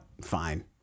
Fine